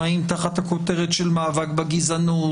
האם תחת הכותרת של מאבק בגזענות,